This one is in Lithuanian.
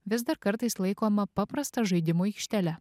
vis dar kartais laikoma paprasta žaidimų aikštele